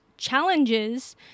challenges